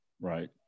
right